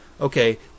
Okay